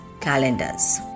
calendars